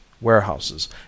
warehouses